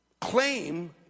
claim